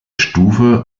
stufe